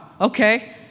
okay